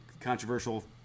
controversial